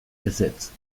ezetz